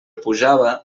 pujava